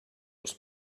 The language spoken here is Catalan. els